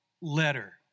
letter